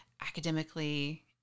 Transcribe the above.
academically